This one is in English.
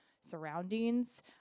surroundings